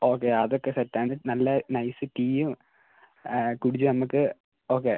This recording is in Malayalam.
ഓക്കെ അതൊക്കെ സെറ്റാണ് നല്ല നൈസ് ടീയും കുടിച്ച് നമുക്ക് ഓക്കെ